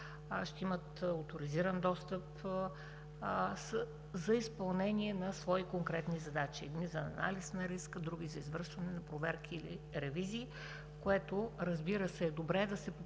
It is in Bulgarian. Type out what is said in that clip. ще имат оторизиран достъп за изпълнение на свои конкретни задачи – едни за анализ на риска, други за извършване на проверки или ревизии, което, разбира се, е добре да се популяризира